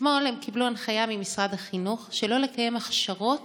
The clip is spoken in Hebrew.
אתמול הם קיבלו הנחיה ממשרד החינוך שלא לקיים הכשרות